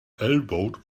elbowed